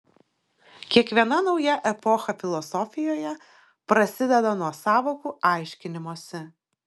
kiekviena nauja epocha filosofijoje prasideda nuo sąvokų aiškinimosi